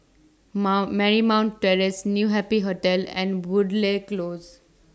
Marymount Terrace New Happy Hotel and Woodleigh Close